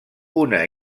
una